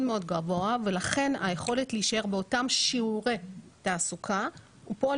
מאוד גבוה ולכן היכולת להישאר באותם שיעורי תעסוקה היא פועל